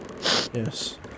Yes